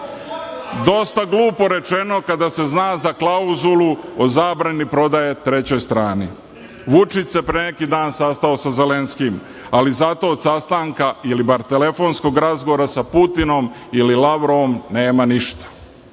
Dosta glupo rečeno, kada se zna za klauzulu o zabrani prodaje trećoj strani. Vučić se pre neki dan sastao sa Zelenskim, ali zato od sastanka ili bar telefonskog razgovora sa Putinom i Lavrovom nema ništa.